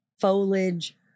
foliage